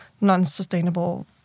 non-sustainable